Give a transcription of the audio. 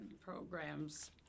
programs